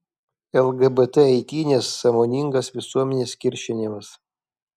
lgbt eitynės sąmoningas visuomenės kiršinimas